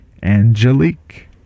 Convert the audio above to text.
angelique